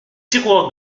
tiroirs